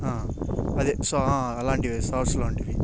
అదే స అలాంటివే సాస్ లాంటివి